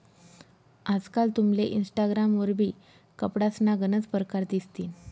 आजकाल तुमले इनस्टाग्राम वरबी कपडासना गनच परकार दिसतीन